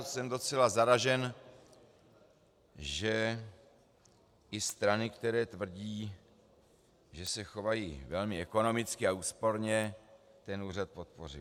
Jsem docela zaražen, že ty strany, které tvrdí, že se chovají velmi ekonomicky a úsporně, úřad podpořily.